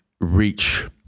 reach